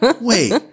Wait